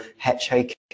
hitchhiking